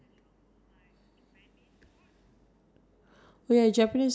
I think it's the smaller things that makes it nice like